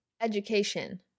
education